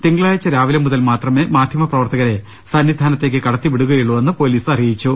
തിങ്കളാഴ്ച രാ വിലെ മുതൽ മാത്രമേ മാധ്യമപ്രവർത്തകരെ സന്നിധാനത്തേക്ക് കടത്തിവിടു കയുള്ളൂവെന്ന് പൊലീസ് അറിയിച്ചു